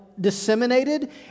Disseminated